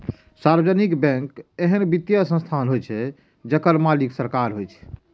सार्वजनिक बैंक एहन वित्तीय संस्थान होइ छै, जेकर मालिक सरकार होइ छै